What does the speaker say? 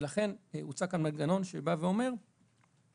ולכן הוצע כאן מנגנון שבא ואומר שמנכ"ל